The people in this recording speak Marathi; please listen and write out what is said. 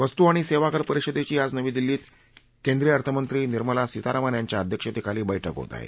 वस्तू आणि सेवाकर परिषदेची आज नवी दिल्लीत केंद्रीय अर्थमंत्री निर्मला सीतारामन यांच्या अध्यक्षतेखाली बैठक होत आहे